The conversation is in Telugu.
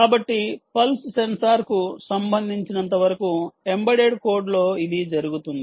కాబట్టి పల్స్ సెన్సార్కు సంబంధించినంతవరకు ఎంబెడెడ్ కోడ్లో ఇది జరుగుతుంది